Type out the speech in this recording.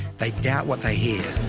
they doubt what they hear.